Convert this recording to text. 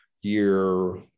year